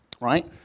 Right